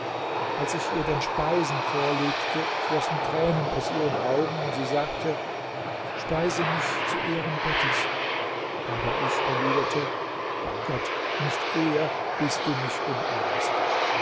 als ich ihr dann speisen vorlegte flossen tränen aus ihren augen und sie sagte speise mich zu ehren gottes aber ich erwiderte bei gott nicht eher bis du mich umarmst